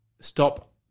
stop